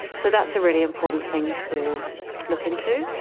so that's a really important thing to look into.